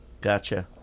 Gotcha